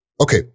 okay